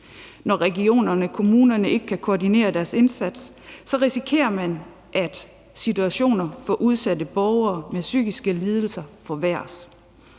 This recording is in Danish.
Når kommunerne og regionerne ikke kan koordinere deres indsats, risikerer man, at situationerne forværres for udsatte borgere med psykiske lidelser.